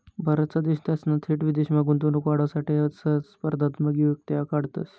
बराचसा देश त्यासना थेट विदेशमा गुंतवणूक वाढावासाठे स्पर्धात्मक युक्त्या काढतंस